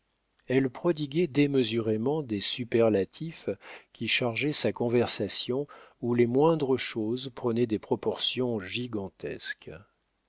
elle prodiguait démesurément des superlatifs qui chargeaient sa conversation où les moindres choses prenaient des proportions gigantesques